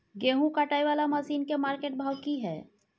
गेहूं काटय वाला मसीन के मार्केट भाव की हय?